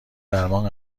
درمان